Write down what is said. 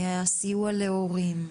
הסיוע להורים,